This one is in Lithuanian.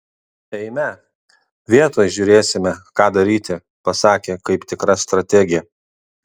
eime vietoj žiūrėsime ką daryti pasakė kaip tikra strategė